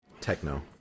techno